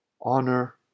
honor